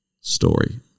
story